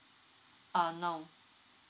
um no